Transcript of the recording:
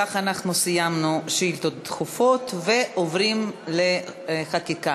בכך אנחנו סיימנו שאילתות דחופות ועוברים לחקיקה.